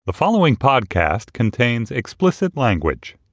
the following podcast contains explicit language